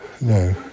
no